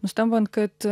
nustembant kad